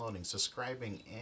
Subscribing